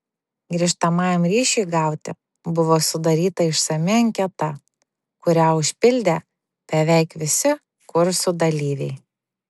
grįžtamajam ryšiui gauti buvo sudaryta išsami anketa kurią užpildė beveik visi kursų dalyviai